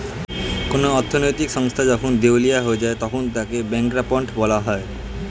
কোন অর্থনৈতিক সংস্থা যখন দেউলিয়া হয়ে যায় তখন তাকে ব্যাঙ্করাপ্ট বলা হয়